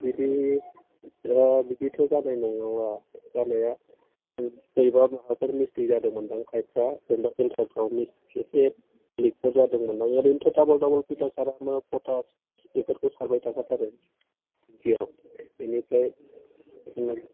बिदि र' बिदिथ' जाद्रायनाय नङा जानाया बोरैबा माबाफोर मिसटेक जादोंमोन दां पाइपफ्रा एबा फिल्टारफ्रा एसे लिकफोर जादोंमोन दां ओरैनो थ' डाबल डाबल फिल्टार खालामो पटास बेफोरखौ सारबाय थाखाथारो बियाव बिनिफ्राय